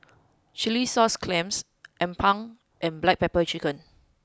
Chilli Sauce Clams Appam and Black Pepper Chicken